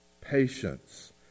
patience